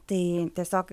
tai tiesiog